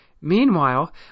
Meanwhile